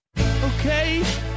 Okay